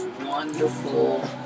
wonderful